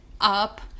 up